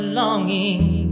longing